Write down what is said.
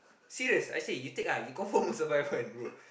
serious I say you take ah you confirm won't survive one bro